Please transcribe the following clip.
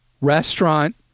restaurant